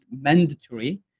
mandatory